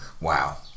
wow